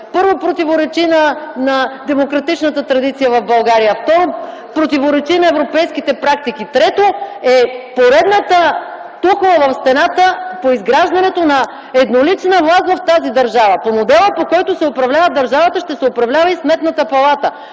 първо, противоречи на демократичната традиция в България. Второ, противоречи на европейските практики. Трето, е поредната тухла в стената по изграждането на еднолична власт в тази държава. По модела, по който се управлява държавата, ще се управлява и Сметната палата